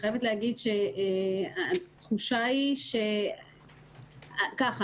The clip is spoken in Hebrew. קודם כול,